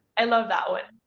and love that one!